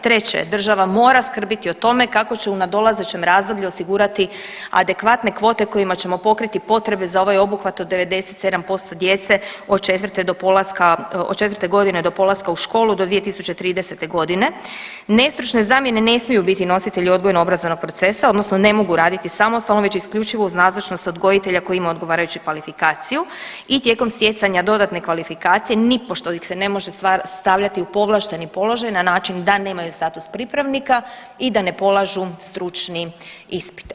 Treće, država mora skrbiti o tome kako će u nadolazećem razdoblju osigurati adekvatne kvote kojima ćemo pokriti potrebe za ovaj obuhvat od 97% djece od 4. do polaska, od 4. godine do polaska u školu do 2030. g. Nestručne zamjene ne smiju biti nositelji odgojno-obrazovnog procesa odnosno ne mogu raditi samostalno već isključivo uz nazočnost odgojitelja koji ima odgovarajuću kvalifikaciju u tijekom stjecanja dodatne kvalifikacije nipošto ih se ne može stavljati u povlašteni položaj na način da nemaju status pripravnika i da ne polažu stručni ispit.